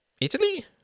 Italy